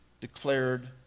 declared